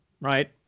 Right